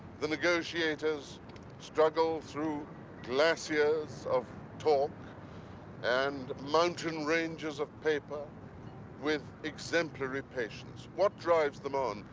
the negotiators struggle through glaciers of talk and mountain ranges of paper with exemplary patience. what drives them on?